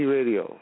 Radio